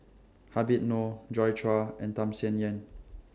Habib Noh Joi Chua and Tham Sien Yen